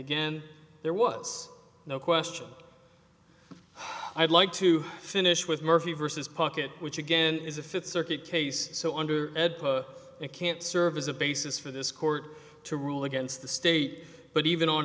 again there was no question i'd like to finish with murphy versus pocket which again is a fifth circuit case so under ed it can't serve as a basis for this court to rule against the state but even on